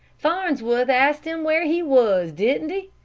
farnsworth asked him where he was, didn't he?